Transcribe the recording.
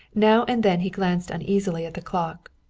now and then he glanced uneasily at the clock.